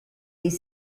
des